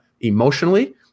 emotionally